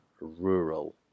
rural